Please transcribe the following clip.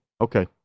Okay